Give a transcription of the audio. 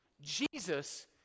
Jesus